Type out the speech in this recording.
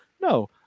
No